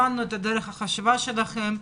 הבנו את דרך החשיבה שלכם.